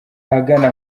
ahagana